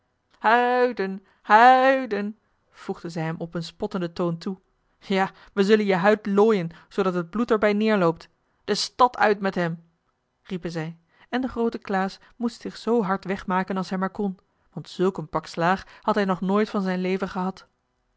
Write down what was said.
huiden huiden voegden zij hem op een spottenden toon toe ja wij zullen je huid looien zoodat het bloed er bij neerloopt de stad uit met hem riepen zij en de groote klaas moest zich zoo hard wegmaken als hij maar kon want zulk een pak slaag had hij nog nooit van zijn leven gehad